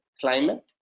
climate